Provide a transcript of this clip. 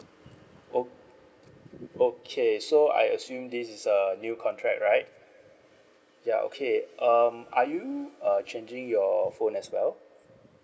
ok~ okay so I assume this is a new contract right ya okay um are you uh changing your phone as well